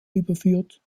überführt